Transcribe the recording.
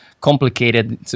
complicated